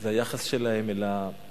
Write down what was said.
זה היחס שלה אל השונה,